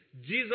Jesus